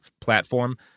platform